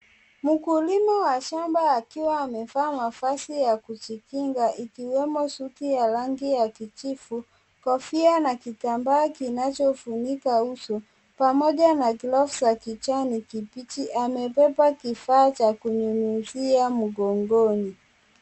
Mkulima kwa shamba akiwa amevaa mavazi ya kujikinga, ikiwemo suti ya rangi ya kijivu, kofia, na kitambaa kinachofunika uso. Pamoja na glavu za kijani kibichi, amebeba kifaa cha kunyunyizia mgongoni.